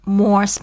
more